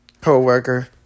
co-worker